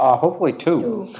ah hopefully two.